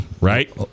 Right